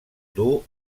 duu